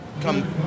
come